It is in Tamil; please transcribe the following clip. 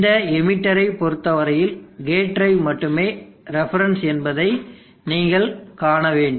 இந்த எமீட்டரை பொறுத்தவரையில் கேட் டிரைவ் மட்டுமே ரெஃபரன்ஸ் என்பதை நீங்கள் காண வேண்டும்